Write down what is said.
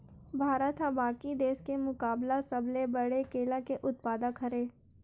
भारत हा बाकि देस के मुकाबला सबले बड़े केला के उत्पादक हरे